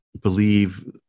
believe